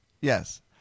Yes